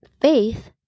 faith